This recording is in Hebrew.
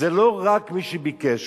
זה לא רק מי שביקש,